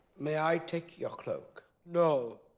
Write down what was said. may i take your cloak? no.